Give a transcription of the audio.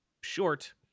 short